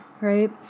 right